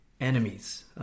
enemies